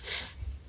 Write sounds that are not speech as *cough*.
*noise*